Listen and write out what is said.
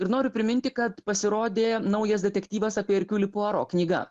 ir noriu priminti kad pasirodė naujas detektyvas apie arkiuli puaro knyga